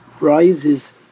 rises